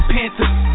Panthers